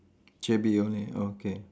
J_B only okay